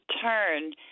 turn